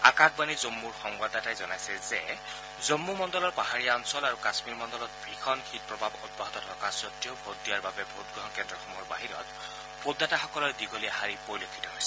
আকাশবাণী জম্মৰ সংবাদদাতাই জনাইছে যে জম্ম মণ্ডলৰ পাহাৰীয়া অঞ্চল আৰু কাশ্মীৰ মণ্ডলত ভীষণ শীতপ্ৰবাহ অব্যাহত থকা সত্বেও ভোট দিয়াৰ বাবে ভোটগ্ৰহণ কেন্দ্ৰসমূহৰ বাহিৰত ভোটাদাতাসকলৰ দীঘলীয়া শাৰী পৰিলক্ষিত হৈছে